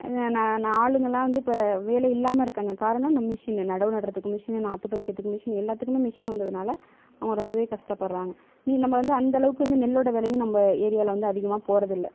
ஆளுங்களாம் வந்து இப்போ வேலை இல்லாமல் இருக்காங்க காரணம் இந்த மிஷினு நடவு நடுறதுக்கு மிஷினு நாற்று பறிக்கறதுக்கு மிஷின் எல்லாத்துக்கும் மிஷின் வந்ததினால அவங்க ரொம்ப கஷ்டப்படுறாங்க நீ நம்ம வந்து அந்தளவுக்கு வந்து நெல்லோட விலையும் நம்ம ஏரியாவில் வந்து அதிகமாக போறதில்ல